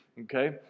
okay